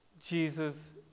Jesus